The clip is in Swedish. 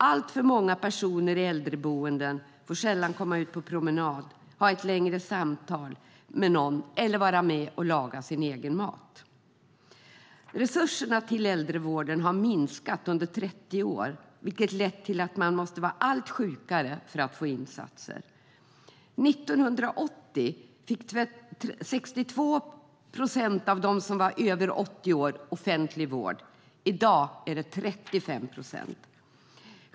Alltför många personer i äldreboenden får sällan komma ut på promenad, ha ett längre samtal med någon eller vara med och laga sin egen mat. Resurserna till äldrevården har minskat under 30 år, vilket lett till att man måste vara allt sjukare för att få insatser. År 1980 fick 62 procent av dem som var över 80 år offentlig vård. I dag är det 35 procent.